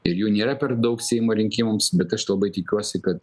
ir jų nėra per daug seimo rinkimams bet aš labai tikiuosi kad